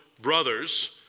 brothers